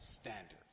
standards